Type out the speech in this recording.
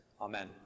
Amen